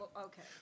Okay